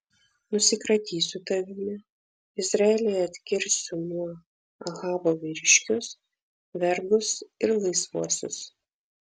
nusikratysiu tavimi izraelyje atkirsiu nuo ahabo vyriškius vergus ir laisvuosius